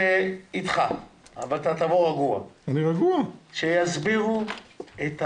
כדי שיסבירו את הנושא: